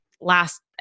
last